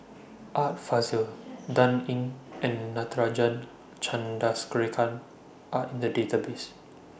Art Fazil Dan Ying and Natarajan Are in The Database